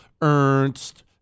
Ernst